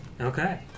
Okay